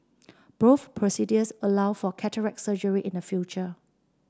both procedures allow for cataract surgery in the future